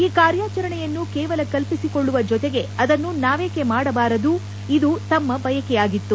ಈ ಕಾರ್ಯಾಚರಣೆಯನ್ನು ಕೇವಲ ಕಲ್ಪಿಸಿಕೊಳ್ಳುವ ಜೊತೆಗೆ ಅದನ್ನು ನಾವೇಕೆ ಮಾಡಬಾರದು ಇದು ತಮ್ಮ ಬಯಕೆಯಾಗಿತ್ತು